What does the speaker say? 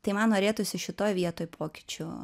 tai man norėtųsi šitoj vietoj pokyčių